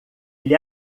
ele